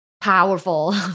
powerful